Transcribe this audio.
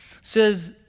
says